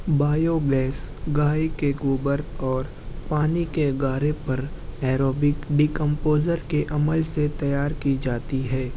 bio gas گائے کے گوبر اور پانی کے گارے پر ایروبک ڈیکمپوزر کے عمل سے تیار کی جاتی ہے